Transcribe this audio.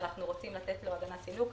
שאנחנו רוצים לתת לו הגנת סילוק,